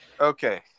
Okay